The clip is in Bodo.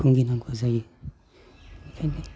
भुगिनांगौ जायो बेखायनो